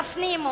תפנימו.